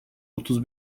otuz